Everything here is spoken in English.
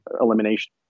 elimination